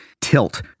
tilt